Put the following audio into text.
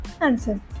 answer